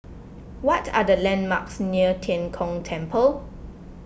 what are the landmarks near Tian Kong Temple